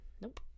Nope